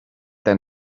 than